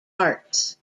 arts